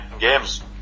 games